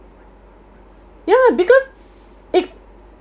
ya because it's